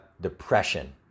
depression